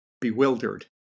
bewildered